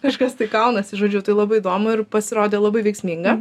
kažkas tai kaunasi žodžiu tai labai įdomu ir pasirodė labai veiksminga